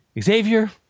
Xavier